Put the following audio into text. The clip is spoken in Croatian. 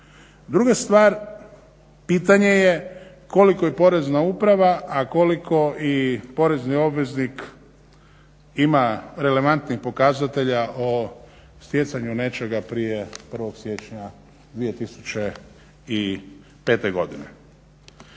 Druga stvar, pitanje je koliko je Porezna uprava, a koliko i porezni obveznik ima relevantnih pokazatelja o stjecanju nečega prije 1. siječnja 2005. godine.